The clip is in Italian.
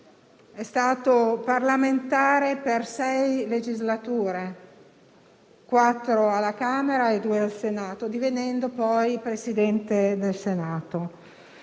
È stato parlamentare per sei legislature (quattro alla Camera e due al Senato), divenendo poi Presidente del Senato.